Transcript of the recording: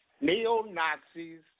neo-Nazis